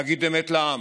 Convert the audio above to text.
להגיד אמת לעם,